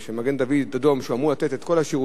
של מגן-דוד-אדום, שאמור לתת את כל השירותים,